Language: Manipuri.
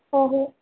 ꯑꯣ ꯍꯣꯏ